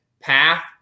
path